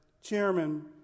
chairman